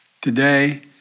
Today